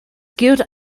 gilt